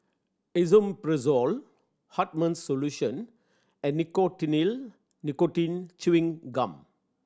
Esomeprazole Hartman's Solution and Nicotinell Nicotine Chewing Gum